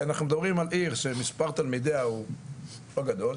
אנחנו מדברים על עיר שמספר תלמידיה הוא לא גדול,